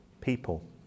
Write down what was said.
people